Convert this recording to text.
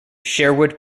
sherwood